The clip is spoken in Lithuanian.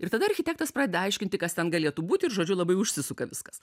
ir tada architektas pradeda aiškinti kas ten galėtų būti ir žodžiu labai užsisuka viskas